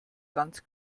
ganz